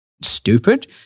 stupid